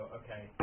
okay